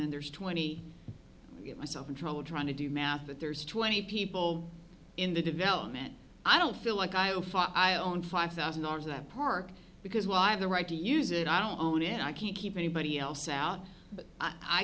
and there's twenty get myself in trouble trying to do math but there's twenty people in the development i don't feel like i owe i own five thousand dollars that park because why the right to use it i don't own it and i can't keep anybody else out but i